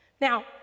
Now